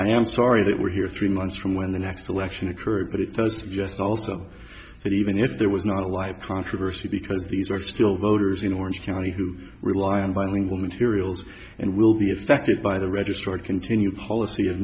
i am sorry that we're here three months from when the next election occurred but it does suggest also that even if there was not a live controversy because these are still voters in orange county who rely on bilingual materials and will be affected by the registrar continue policy of